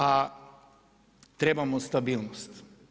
A trebamo stabilnost.